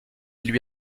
lui